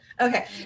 Okay